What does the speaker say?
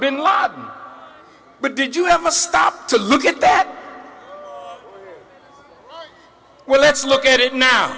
bin laden but did you have a stop to look at that well let's look at it now